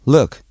Look